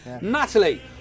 Natalie